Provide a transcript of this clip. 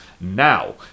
now